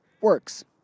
works